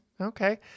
Okay